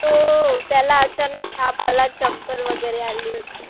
हो तो त्याला अचानक ताप आला चक्कर वगैरे आली होती